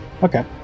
Okay